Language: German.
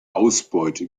ausbeute